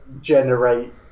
generate